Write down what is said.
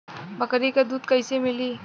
बकरी क दूध कईसे मिली?